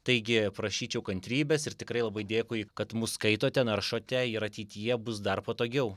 taigi prašyčiau kantrybės ir tikrai labai dėkui kad mus skaitote naršote ir ateityje bus dar patogiau